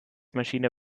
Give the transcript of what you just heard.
maschine